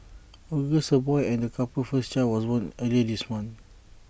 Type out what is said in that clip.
August A boy and the couple's first child was born earlier this month